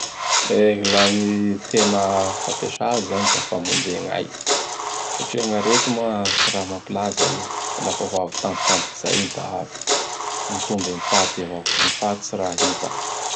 E! La gny tena fampiasa azy izany da famonje gn'ay. Satria gny arety moa tsy raha mampilaza io. Lafa ho avy tampotampoky izay i da avy. Mitomby ami faty avao. Gn faty tsy raha hita.